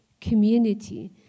community